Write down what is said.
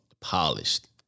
polished